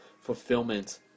fulfillment